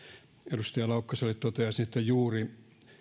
edustaja laukkaselle toteaisin että